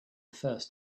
first